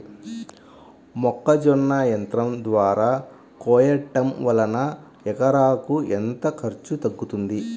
మొక్కజొన్న యంత్రం ద్వారా కోయటం వలన ఎకరాకు ఎంత ఖర్చు తగ్గుతుంది?